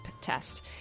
test